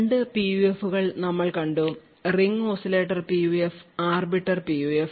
2 PUF കൾ നമ്മൾ കണ്ടു ring oscillator PUF arbiter PUF